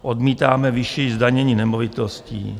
Odmítáme vyšší zdanění nemovitostí.